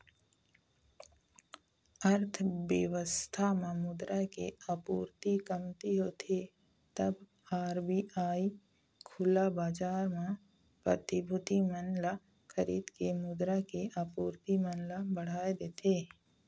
अर्थबेवस्था म मुद्रा के आपूरति कमती होथे तब आर.बी.आई खुला बजार म प्रतिभूति मन ल खरीद के मुद्रा के आपूरति मन ल बढ़ाय देथे